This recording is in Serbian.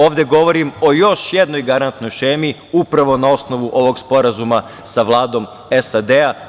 Ovde govorim o još jednoj garantnoj šemi, a upravo na osnovu ovog sporazuma sa Vladom SAD.